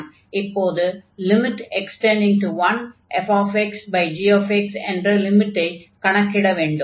இப்போது fxgx என்ற லிமிட்டை கணக்கிட வேண்டும்